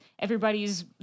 everybody's